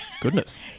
goodness